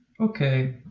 Okay